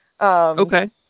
Okay